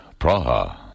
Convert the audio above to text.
Praha